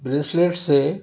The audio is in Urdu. بریسلیٹ سے